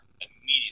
Immediately